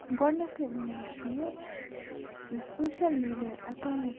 گۄڈنٮ۪تھٕے وَنو أسۍ یہِ زِ سوشَل میٖڈیا اٮ۪کاونٛٹ